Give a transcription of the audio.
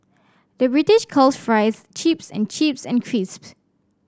the British calls fries chips and chips and crisps